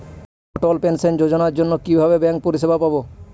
অটল pension যোজনার জন্য কিভাবে ব্যাঙ্কে পরিষেবা পাবো?